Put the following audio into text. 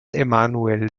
emanuel